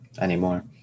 anymore